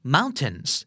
Mountains